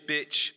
Bitch